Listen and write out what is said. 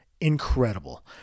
Incredible